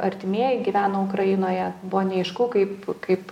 artimieji gyveno ukrainoje buvo neaišku kaip kaip